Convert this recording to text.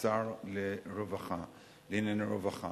השר לענייני רווחה.